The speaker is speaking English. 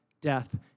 death